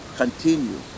Continue